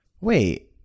Wait